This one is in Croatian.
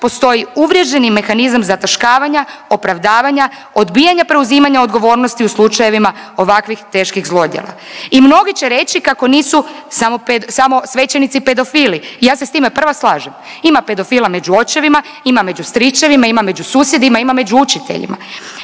postoji uvriježeni mehanizam zataškavanja opravdavanja odbijanja preuzimanja odgovornosti u slučajevima ovakvih teških zlodjela. I mnogi će reći kako nisu samo svećenici pedofili, ja se s time prva slažem, ima pedofila među očevima, ima među stričevima, ima među susjedima, ima među učiteljima,